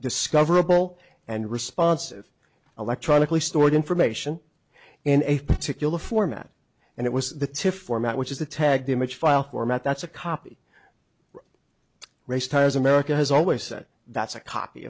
discoverable and responsive electronically stored information in a particular format and it was the to format which is the tagged image file format that's a copy race times america has always said that's a copy